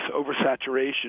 oversaturation